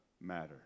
matter